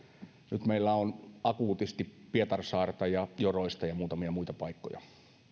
nyt meillä on akuutisti pietarsaarta joroista ja muutamia muita paikkoja